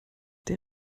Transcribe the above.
der